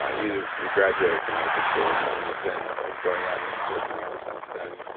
ah you you graduated from medical school and you've been going out and working ever since then.